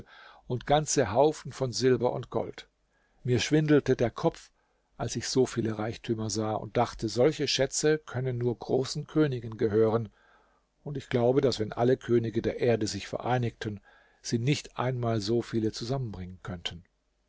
und ganze haufen von silber und gold mir schwindelte der kopf als ich so viele reichtümer sah und dachte solche schätze können nur großen königen gehören und ich glaube daß wenn alle könige der erde sich vereinigten sie nicht einmal so viele zusammenbringen könnten